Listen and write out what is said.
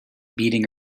beating